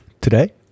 today